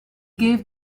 gave